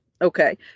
Okay